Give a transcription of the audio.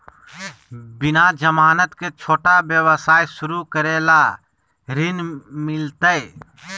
बिना जमानत के, छोटा व्यवसाय शुरू करे ला ऋण मिलतई?